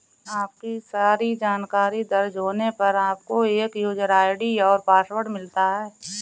आपकी सारी जानकारी दर्ज होने पर, आपको एक यूजर आई.डी और पासवर्ड मिलता है